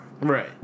Right